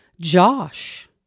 Josh